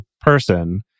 person